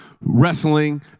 wrestling